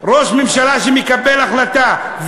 ראש ממשלה שמקבל החלטה,